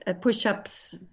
push-ups